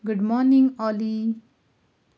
good morning oly